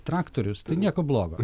traktorius tai nieko blogo